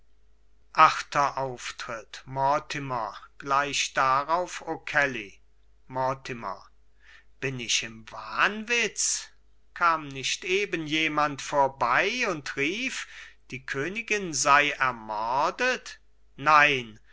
ins haus mortimer gleich darauf okelly mortimer bin ich im wahnwitz kam nicht eben jemand vorbei und rief die königin sei ermordet nein